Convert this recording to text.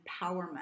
empowerment